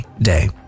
day